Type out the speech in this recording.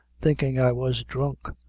thinkin' i was dhrunk,